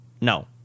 No